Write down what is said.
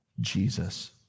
Jesus